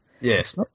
Yes